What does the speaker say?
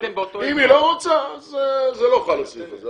אם היא לא רוצה, זה לא חל הסעיף הזה.